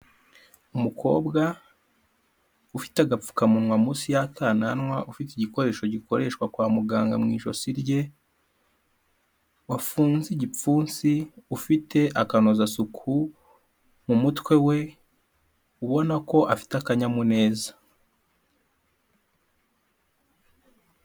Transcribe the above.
Umukobwa ufite agapfukamunwa munsi y'akananwa, ufite igikoresho gikoreshwa kwa muganga mu ijosi rye, wafunze igipfunsi ufite akanozasuku mu mutwe we, ubona ko afite akanyamuneza.